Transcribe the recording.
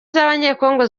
z’abanyekongo